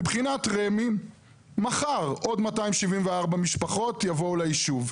מבחינת רמ"י מחר עוד 274 משפחות יבואו ליישוב.